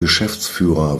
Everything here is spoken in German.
geschäftsführer